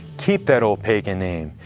keep that old pagan name.